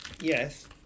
Yes